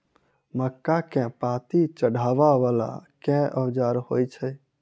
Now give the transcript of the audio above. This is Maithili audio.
मक्का केँ पांति चढ़ाबा वला केँ औजार होइ छैय?